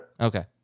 Okay